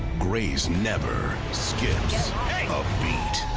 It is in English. grey's never skips a beat.